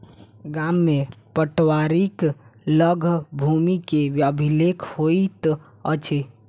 गाम में पटवारीक लग भूमि के अभिलेख होइत अछि